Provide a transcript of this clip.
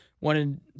wanted